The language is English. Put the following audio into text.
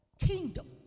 kingdom